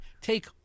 take